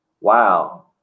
wow